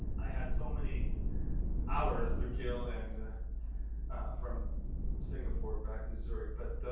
i had so many hours to kill and from singapore back to zurich. but